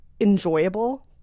enjoyable